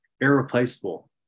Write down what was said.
irreplaceable